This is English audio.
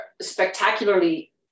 spectacularly